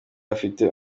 afite